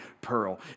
pearl